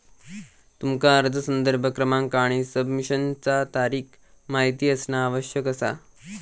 तुमका अर्ज संदर्भ क्रमांक आणि सबमिशनचा तारीख माहित असणा आवश्यक असा